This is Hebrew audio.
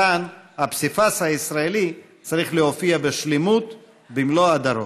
כאן הפסיפס הישראלי צריך להופיע בשלמות במלוא הדרו.